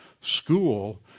school